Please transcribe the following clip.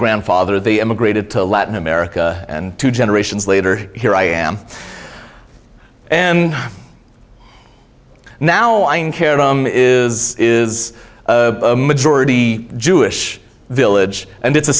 grandfather they emigrated to latin america and two generations later here i am and now i'm karen is is a majority jewish village and it's a